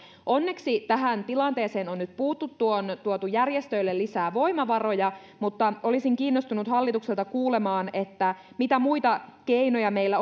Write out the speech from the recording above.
onneksi tähän tilanteeseen on nyt puututtu on tuotu järjestöille lisää voimavaroja mutta olisin kiinnostunut hallitukselta kuulemaan mitä muita keinoja meillä